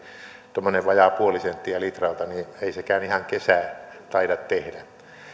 tuommoinen vajaa puoli senttiä litralta niin ei sekään ihan kesää taida tehdä